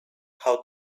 how